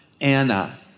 Anna